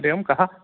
हरि ओं कः